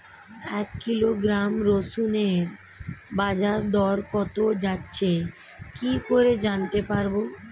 এক কিলোগ্রাম রসুনের বাজার দর কত যাচ্ছে কি করে জানতে পারবো?